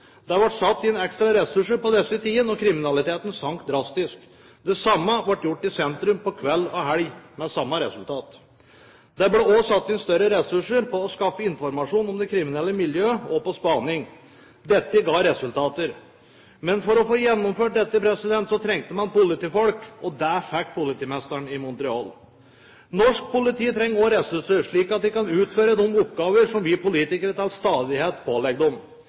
satt inn ekstra ressurser på disse tidene, og kriminaliteten sank drastisk. Det samme ble gjort i sentrum på kveldene og i helgene – med samme resultat. Det ble også satt inn større ressurser for å skaffe informasjon om det kriminelle miljøet og til spaning. Dette ga resultater. Men for å få gjennomført dette trengte man politifolk, og det fikk politimesteren i Montreal. Norsk politi trenger også ressurser, slik at de kan utføre de oppgavene som vi politikere til stadighet pålegger dem.